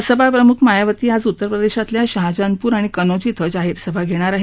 बसपा प्रमुख मायावती आज उत्तस्प्रदेशातल्या शाहजानपूर आणि कनौज िं जाहीर सभा घेणार आहेत